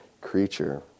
creature